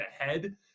ahead